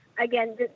Again